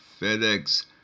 FedEx